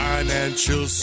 Financial